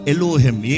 Elohim